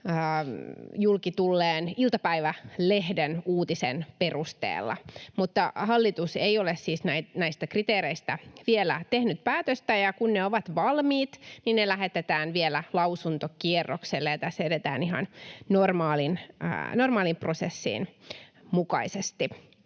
julki tulleen iltapäivälehden uutisen perusteella. Mutta hallitus ei ole siis näistä kriteereistä vielä tehnyt päätöstä, ja kun ne ovat valmiit, niin ne lähetetään vielä lausuntokierrokselle, ja tässä edetään ihan normaalin prosessin mukaisesti.